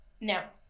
Now